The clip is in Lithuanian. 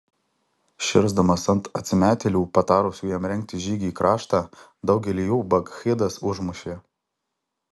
širsdamas ant atsimetėlių patarusių jam rengti žygį į kraštą daugelį jų bakchidas užmušė